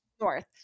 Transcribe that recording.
north